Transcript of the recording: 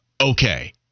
okay